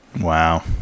Wow